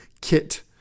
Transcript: kit